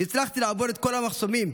הצלחתי לעבור את כל המחסומים,